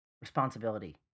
responsibility